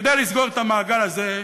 כדי לסגור את המעגל הזה,